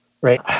right